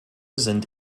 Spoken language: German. sind